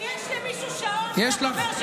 אם יש למישהו שעון, זה לחבר שלך דודי אמסלם.